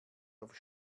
auf